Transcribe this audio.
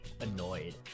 annoyed